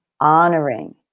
honoring